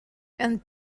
and